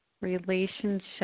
Relationship